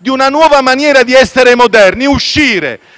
di una nuova maniera di essere moderni: